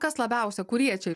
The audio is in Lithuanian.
kas labiausia kurie čia